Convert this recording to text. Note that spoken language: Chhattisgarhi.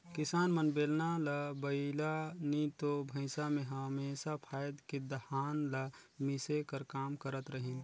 किसान मन बेलना ल बइला नी तो भइसा मे हमेसा फाएद के धान ल मिसे कर काम करत रहिन